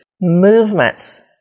movements